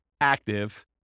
active